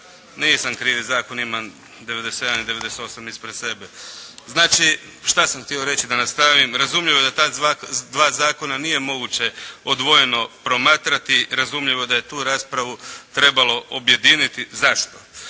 nisam krivi zakon. Imam 97. i 98. ispred sebe. Znači, šta sam htio reći da nastavim. Razumljivo je da ta dva zakona nije moguće odvojeno promatrati. Razumljivo da je tu raspravu trebalo objediniti. Zašto